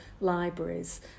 libraries